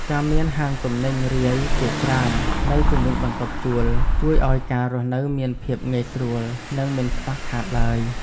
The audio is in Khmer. ការមានហាងទំនិញរាយជាច្រើននៅជុំវិញបន្ទប់ជួលជួយឱ្យការរស់នៅមានភាពងាយស្រួលនិងមិនខ្វះខាតឡើយ។